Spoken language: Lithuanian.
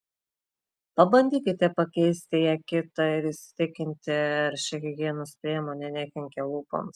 pabandykite pakeisti ją kita ir įsitikinti ar ši higienos priemonė nekenkia lūpoms